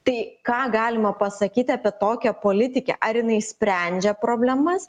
tai ką galima pasakyti apie tokią politikę ar jinai sprendžia problemas